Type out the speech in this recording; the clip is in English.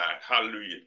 hallelujah